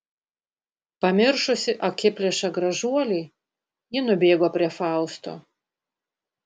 pamiršusi akiplėšą gražuolį ji nubėgo prie fausto